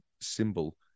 symbol